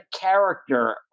character